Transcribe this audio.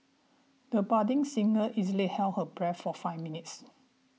the budding singer easily held her breath for five minutes